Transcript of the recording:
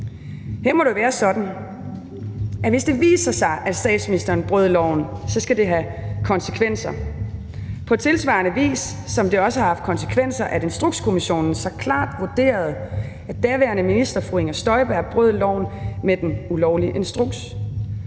Her må det være sådan, at hvis det viser sig, at statsministeren brød loven, skal det have konsekvenser på tilsvarende vis, som det også har haft konsekvenser, at Instrukskommissionen så klart vurderede, at daværende minister fru Inger Støjberg brød loven med den ulovlige instruks.